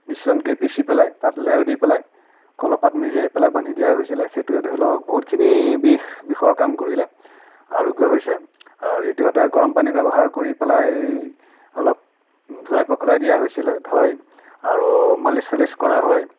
পিছনকৈ পিচি পেলাই তাত লেও দি পেলাই কলৰ পাত মেৰিয়াই পেলাই বান্ধি দিয়া হৈছিলে সেইটোৱে ধৰি লওক বহুতখিনি বিষ বিষৰ কাম কৰিলে আৰোগ্য হৈছে আৰু দ্বিতীয়তে গৰম পানী ব্যৱহাৰ কৰি পেলাই অলপ ধুৱাই পোখলাই দিয়া হৈছিলে ধয় আৰু মালিচ চালিচ কৰা হয়